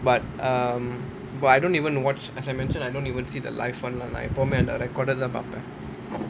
but um but I don't even watch as I mentioned I don't even see the live [one] எப்பவுமே:eppavumae recorded பாப்பேன்:paappaen